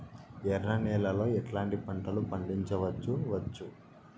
ఎర్ర నేలలో ఎట్లాంటి పంట లు పండించవచ్చు వచ్చు?